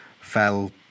fell